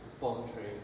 voluntary